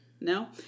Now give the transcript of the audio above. No